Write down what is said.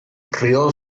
rió